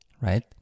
right